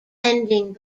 ending